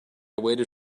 waited